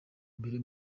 mbere